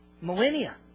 millennia